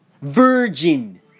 virgin